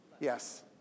Yes